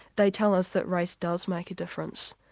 they tell us that race does make a difference.